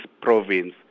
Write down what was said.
province